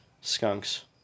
skunks